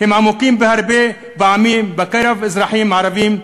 עמוקים בהרבה בקרב אזרחים ערבים,